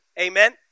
amen